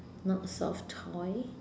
not soft toy